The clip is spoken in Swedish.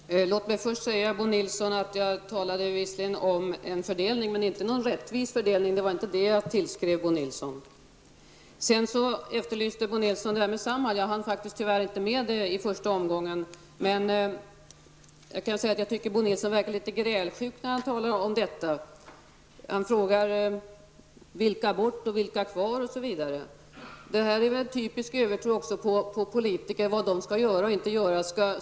Herr talman! Låt mig först säga till Bo Nilsson att jag visserligen talade om en fördelning, men inte om en rättvis fördelning. Det var inte det jag tillskrev Bo Nilsson. Jag hann faktiskt tyvärr inte med det i första omgången. Men jag kan säga att jag tycker att Bo Nilsson verkar litet grälsjuk när han talar om detta. Bo Nilsson frågade vilka som skulle få vara kvar och vilka som inte skulle få det, osv. Detta är ett typiskt exempel på övertro på vad vi politiker kan göra och inte kan göra.